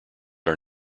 are